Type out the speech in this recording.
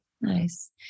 Nice